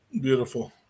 Beautiful